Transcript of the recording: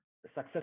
success